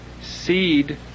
seed